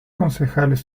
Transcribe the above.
concejales